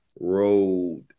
road